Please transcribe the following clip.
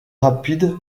rapide